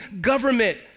government